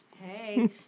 Hey